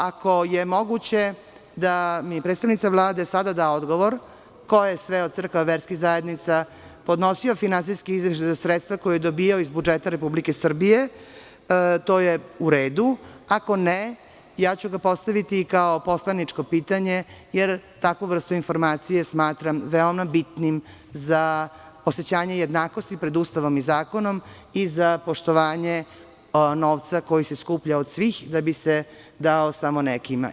Ako je moguće da mi sada predstavnica Vlade sada da odgovor, ko je sve od crkava i verskih zajednica podnosio finansijski izveštaj za sredstva koja je dobijao iz budžeta Republike Srbije, to je u redu, ako ne, postaviću ga kao poslaničko pitanje, jer takvu vrstu informacije smatram veoma bitnim za osećanje jednakosti pred Ustavom i zakonom, i za poštovanje novca koji se skuplja od svih, da bi se dao samo nekima?